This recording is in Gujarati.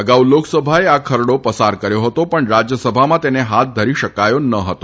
અગાઉ લોકસભાએ આ ખરડો પસાર કર્યો હતો પણ રાજયસભામાં તેને હાથ ધરી શકાયો ન હતો